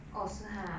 orh 是 !huh!